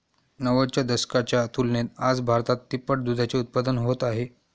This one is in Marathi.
नव्वदच्या दशकाच्या तुलनेत आज भारतात तिप्पट दुधाचे उत्पादन होत आहे